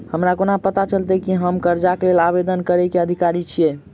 हमरा कोना पता चलतै की हम करजाक लेल आवेदन करै केँ अधिकारी छियै?